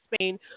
Spain